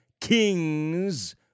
kings